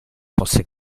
fosse